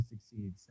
succeed